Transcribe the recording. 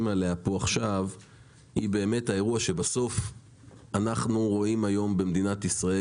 עליה פה עכשיו היא באמת האירוע שבסוף אנחנו רואים היום במדינת ישראל